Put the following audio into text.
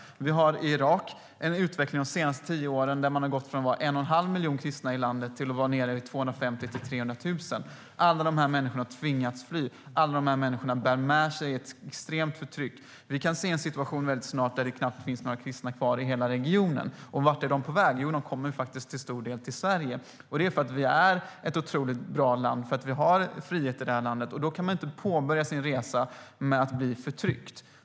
I Irak har vi under de senaste tio åren en utveckling där de kristna i landet har gått från att vara 1 1⁄2 miljon till att vara nere i 250 000-300 000. Alla de här människorna har tvingats fly. Alla de här människorna bär med sig ett extremt förtryck. Vi kan snart se en situation där det knappt finns några kristna kvar i hela regionen. Vart är de på väg? Jo, till stor del kommer de till Sverige. Det är därför att vi är ett otroligt bra land, därför att vi har frihet här i landet. Då kan man inte påbörja sin resa med att bli förtryckt.